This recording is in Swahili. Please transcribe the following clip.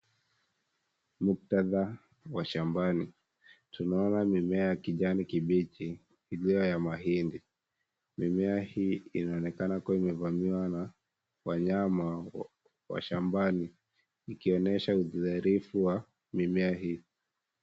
Muktadha wa shambani . Tunaona mimea ya kijani kibichi iliyo ya mahindi . Mimea hii inaonekana kuwa imevamiwa na wanyama wa shambani ikionyesha udhaifu wa mimea hii.